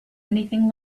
anything